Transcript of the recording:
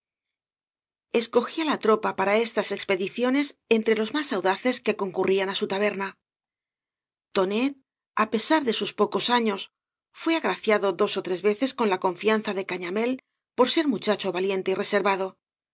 escogía la tropa para estas expediciones entre los más audaces que concurrían á su taberna tonet á pesar de sus pocos años fué agraciado dos ó tres veces con la confianza de cañamél por ser muchacho valiente y reservado